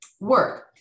work